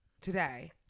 today